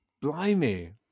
Blimey